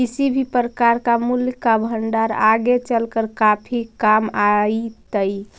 किसी भी प्रकार का मूल्य का भंडार आगे चलकर काफी काम आईतई